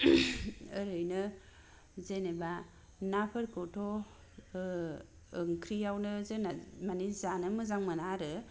ओरैनो जेनेबा ना फोरखौथ' औंख्रिआवनो जोंना मानि जानो मोजांमोन आरो